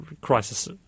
crisis